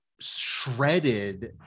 shredded